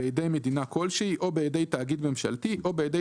בידי מדינה כלשהי או בידי תאגיד ממשלתי או בידי